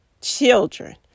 children